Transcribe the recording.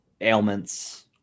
ailments